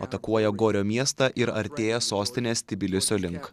atakuoja gorio miestą ir artėja sostinės tbilisio link